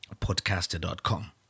podcaster.com